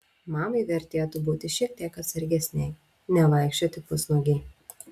mamai vertėtų būti šiek tiek atsargesnei nevaikščioti pusnuogei